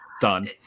Done